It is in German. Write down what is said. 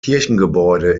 kirchengebäude